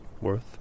worth